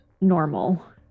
normal